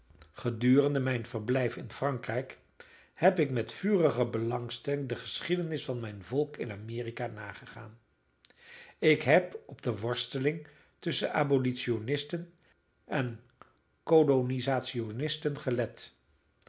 gedurende mijn verblijf in frankrijk heb ik met vurige belangstelling de geschiedenis van mijn volk in amerika nagegaan ik heb op de worsteling tusschen abolitionisten en colonisationisten gelet